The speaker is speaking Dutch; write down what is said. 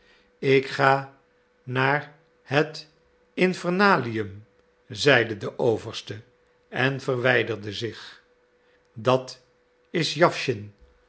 ik ga naar het infernalium zeide de overste en verwijderde zich dat is